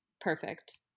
perfect